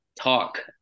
talk